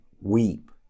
weep